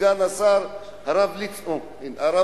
סגן השר הרב ליצמן,